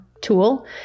tool